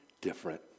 different